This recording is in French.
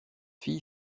fille